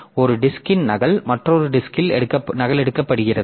ஒரு டிஸ்க்ன் நகல் மற்றொரு டிஸ்க்ல் நகலெடுக்கப்படுகிறது